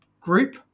group